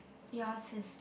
yours is